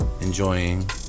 enjoying